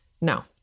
No